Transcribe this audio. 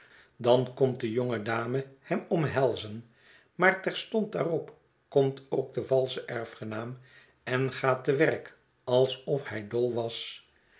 dan komt de jonge dame hem omhelzen maar terstond daarop komt ook de valsche erfgenaam en gaat te werk alsof hij dol was